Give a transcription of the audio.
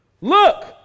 Look